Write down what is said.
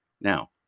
Now